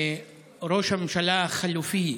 ראש הממשלה החליפי,